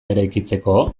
eraikitzeko